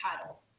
title